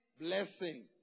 blessing